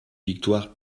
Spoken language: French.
victoires